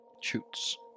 Shoots